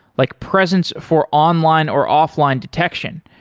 like presence for online or offline detection,